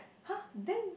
!huh! then